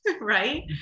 right